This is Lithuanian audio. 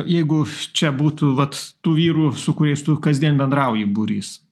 jeigu čia būtų vat tų vyrų su kuriais tu kasdien bendrauji būrys